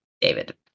David